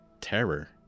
terror